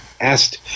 asked